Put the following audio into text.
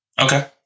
Okay